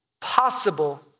possible